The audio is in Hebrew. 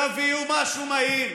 תביאו משהו מהיר,